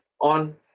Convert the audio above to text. on